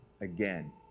again